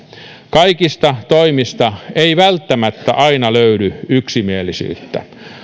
kaikista toimista ei välttämättä aina löydy yksimielisyyttä